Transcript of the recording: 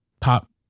pop